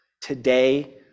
today